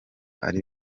ari